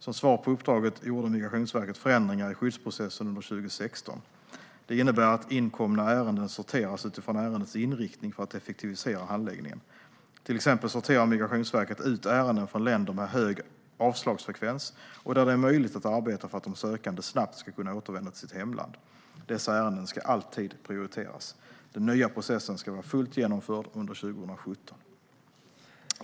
Som svar på uppdraget gjorde Migrationsverket förändringar i skyddsprocessen under 2016. Det innebär att inkomna ärenden sorteras utifrån ärendets inriktning för att effektivisera handläggningen. Till exempel sorterar Migrationsverket ut ärenden från länder med hög avslagsfrekvens och där det är möjligt att arbeta för att de sökande snabbt ska kunna återvända till sitt hemland. Dessa ärenden ska alltid prioriteras. Den nya processen ska vara fullt genomförd under 2017.